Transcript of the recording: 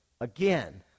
Again